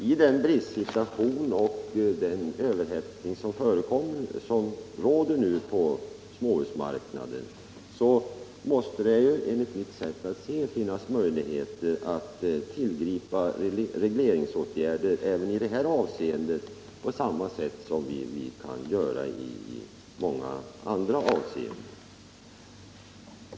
I den bristsituation och den överhettning som nu råder på småhusmarknaden måste det, enligt mitt sätt att se, finnas möjligheter att tillgripa regleringsåtgärder i detta avseende på samma sätt som i många andra avseenden.